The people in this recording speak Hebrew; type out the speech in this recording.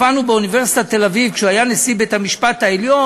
הופענו באוניברסיטת תל-אביב כשהוא היה נשיא בית-המשפט העליון,